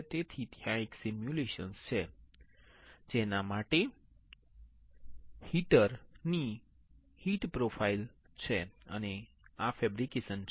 તેથી ત્યાં એક સિમ્યુલેશન છે જેના માટે હીટર ની હીટ પ્રોફાઇલ છે અને આ ફેબ્રિકેશન છે